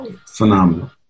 Phenomenal